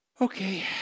okay